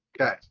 okay